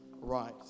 right